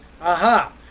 aha